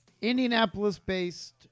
Indianapolis-based